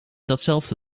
datzelfde